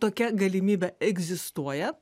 tokia galimybė egzistuoja